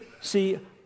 See